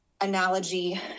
analogy